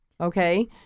Okay